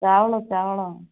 ଚାଉଳ ଚାଉଳ